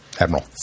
Admiral